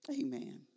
Amen